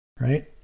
right